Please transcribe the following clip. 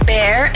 Bear